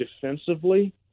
defensively